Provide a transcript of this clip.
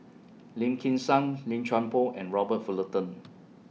Lim Kim San Lim Chuan Poh and Robert Fullerton